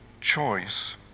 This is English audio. choice